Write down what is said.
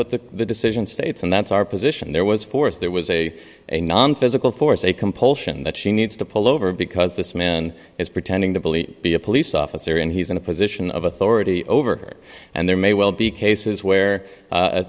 what the decision states and that's our position there was force there was a a non physical force a compulsion that she needs to pull over because this man is pretending to believe be a police officer and he's in a position of authority over and there may well be cases where